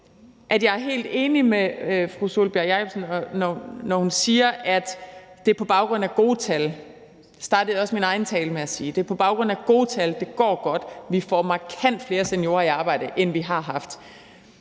jeg er helt enig med fru Sólbjørg Jakobsen, når hun siger, at det er på baggrund af gode tal. Det startede jeg også min egen tale med at sige, nemlig at det er på baggrund af gode tal, altså at det går godt, og at vi får markant flere seniorer i arbejde, end vi har haft.